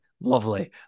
lovely